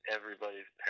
Everybody's